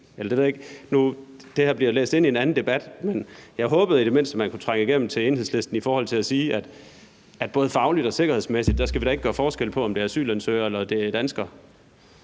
det her læst ind i en anden debat, men jeg håbede, man i det mindste kunne trænge igennem til Enhedslisten i forhold til at sige, at både fagligt og sikkerhedsmæssigt skal vi da ikke gøre forskel på, om det er asylansøgere eller det er danskere.